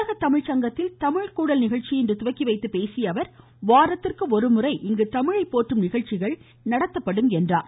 உலக தமிழ் சங்கத்தில் தமிழ்க்கூடல் நிகழ்ச்சியை இன்று துவக்கி வைத்து பேசிய அவர் வாரத்திற்கு ஒருமுறை இங்கு தமிழை போற்றும் நிகழ்ச்சிகள் நடத்தப்படும் என்றார்